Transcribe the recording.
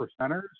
percenters